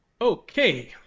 Okay